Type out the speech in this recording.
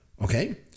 Okay